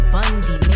Bundy